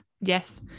yes